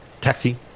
Taxi